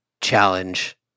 challenge